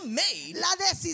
made